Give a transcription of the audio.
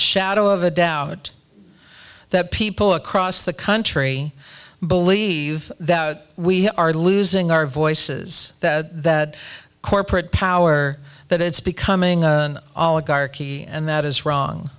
shadow of a doubt that people across the country believe that we are losing our voices that corporate power that it's becoming an oligarchy and that is wrong